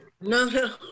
no